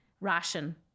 Ration